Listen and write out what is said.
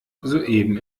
soeben